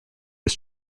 was